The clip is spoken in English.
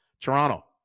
Toronto